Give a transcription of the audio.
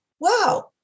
wow